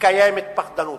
קיימת פחדנות,